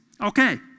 Okay